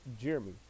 Jeremy